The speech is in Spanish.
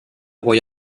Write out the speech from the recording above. voy